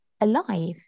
alive